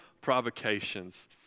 provocations